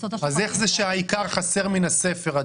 אז איך זה שהעיקר חסר מן הספר?